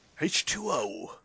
H2O